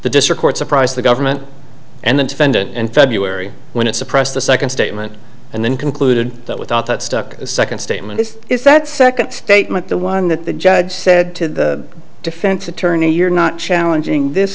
the district court surprised the government and the defendant in february when it suppressed the second statement and then concluded that without that stuck second statement it is that second statement the one that the judge said to the defense attorney you're not challenging this